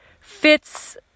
fits